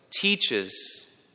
teaches